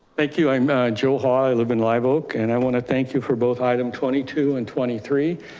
thank you. i'm joel hall. i live in live oak, and i want to thank you for both item twenty two and twenty three.